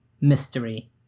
mystery